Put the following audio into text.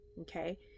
Okay